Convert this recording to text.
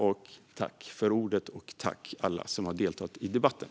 Jag tackar alla som har deltagit i debatten.